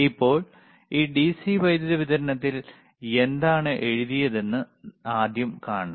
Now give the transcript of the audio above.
ഇപ്പോൾ ഈ ഡിസി വൈദ്യുതി വിതരണത്തിൽ എന്താണ് എഴുതിയതെന്ന് ആദ്യം കാണണം